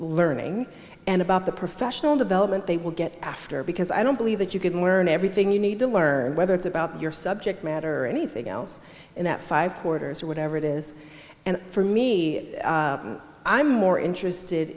learning and about the professional development they will get after because i don't believe that you can learn everything you need to learn whether it's about your subject matter or anything else in that five quarters or whatever it is and for me i'm more interested